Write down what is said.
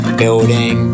building